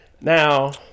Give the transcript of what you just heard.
Now